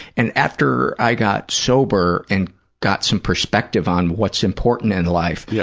and after i got sober and got some perspective on what's important in life, yeah